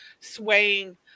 swaying